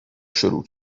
شروع